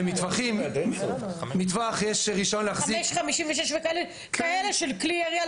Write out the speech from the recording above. למטווח יש רישיון להחזיק --- 5.56 וכאלה - כאלה של כלי ירייה,